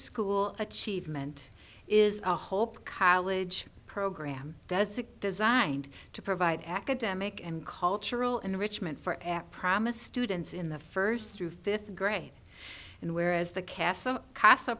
school achievement is a hope college program does it designed to provide academic and cultural enrichment for at promise students in the first through fifth grade and whereas the castle castle